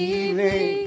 evening